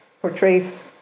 portrays